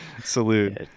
salute